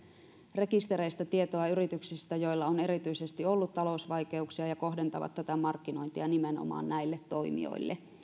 rekistereistä tietoa yrityksistä joilla on erityisesti ollut talousvaikeuksia ja kohdentavat tätä markkinointia nimenomaan näille toimijoille